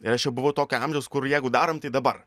ir aš jau buvau tokio amžiaus kur jeigu darom tai dabar